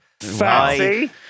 Fancy